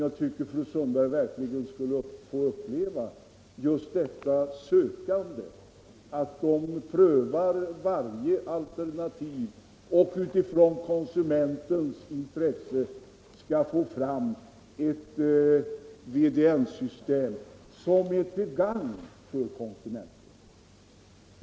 Jag tycker att fru Sundberg verkligen borde få uppleva deras arbete och se hur de prövar varje alternativ för att kunna skapa ett VDN-system som är till gagn för konsumenterna.